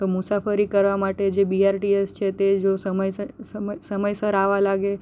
તો મુસાફરી કરવા માટે જે બીઆરટીએસ છે તે જો સમયસર આવવા લાગે